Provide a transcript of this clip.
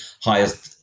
highest